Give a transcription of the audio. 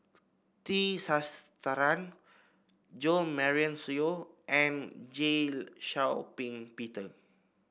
T Sasitharan Jo Marion Seow and Shau Ping Peter